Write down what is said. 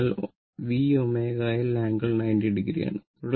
അതിനാൽ V ω L angle 90o ആണ്